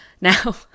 Now